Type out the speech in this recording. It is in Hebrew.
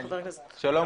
שלום,